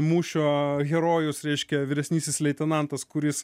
mūšio herojus reiškia vyresnysis leitenantas kuris